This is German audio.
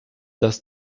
dass